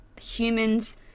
humans